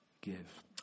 give